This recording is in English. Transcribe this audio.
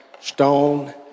stone